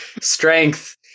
Strength